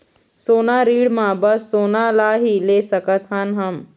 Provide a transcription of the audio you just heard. सोना ऋण मा बस सोना ला ही ले सकत हन हम?